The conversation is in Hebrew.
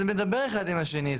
זה מדבר אחד עם השני.